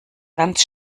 ganz